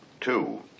Two